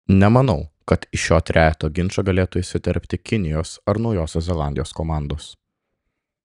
nemanau kad į šio trejeto ginčą galėtų įsiterpti kinijos ar naujosios zelandijos komandos